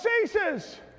ceases